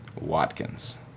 Watkins